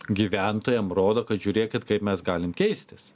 gyventojam rodo kad žiūrėkit kaip mes galim keistis